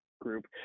group